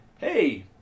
Hey